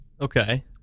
Okay